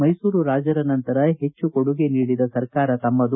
ಮೈಸೂರು ರಾಜರ ನಂತರ ಹೆಚ್ಚು ಕೊಡುಗೆ ನೀಡಿದ ಸರ್ಕಾರ ತಮ್ಮದು